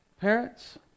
parents